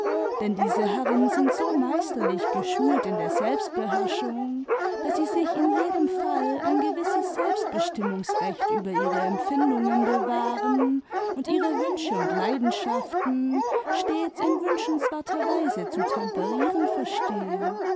denn diese herren sind so meisterlich geschult in der selbstbeherrschung daß sie sich in jedem fall ein gewisses selbstbestimmungsrecht über ihre empfindungen bewahren imd ihre wünsche und leidenschaften stets in wünschenswerter weise zu temperieren verstehen